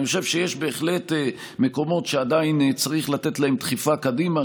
אני חושב שיש בהחלט מקומות שעדיין צריך לתת להם דחיפה קדימה,